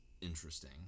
interesting